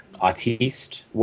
artiste